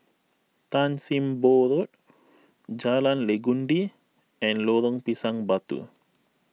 Tan Sim Boh Road Jalan Legundi and Lorong Pisang Batu